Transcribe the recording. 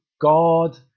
God